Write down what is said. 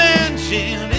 Mansion